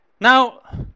Now